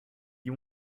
you